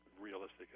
realistic